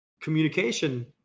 communication